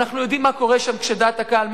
ואנחנו יודעים מה קורה שם בדעת הקהל,